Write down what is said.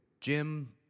Jim